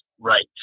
right